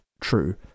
true